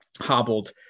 hobbled